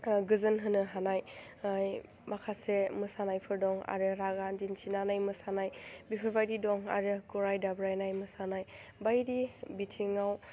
गोजोन होनो हानाय माखासे मोसानायफोर दं आरो रागा दिन्थिनानै मोसानाय बेफोरबायदि दं आरो गराइ दाब्रायनाय मोसानाय बायदि बिथिङाव